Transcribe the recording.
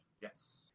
Yes